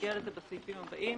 נגיע לזה בסעיפים הבאים,